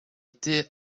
été